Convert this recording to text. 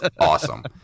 awesome